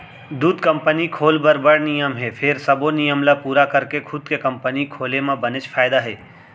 दूद कंपनी खोल बर बड़ नियम हे फेर सबो नियम ल पूरा करके खुद के कंपनी खोले म बनेच फायदा हे